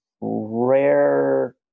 rare